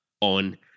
on